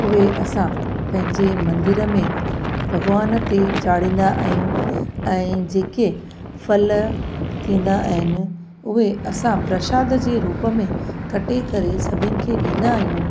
उहे असां पंहिंजे मंदर में भॻिवान ते चाणींदा आहियूं ऐं जेके फल थींदा आहिनि उहे असां प्रशाद जे रूप में कटे करे सभिनि खे ॾींदा आहियूं